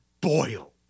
boil